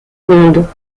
ronde